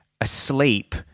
asleep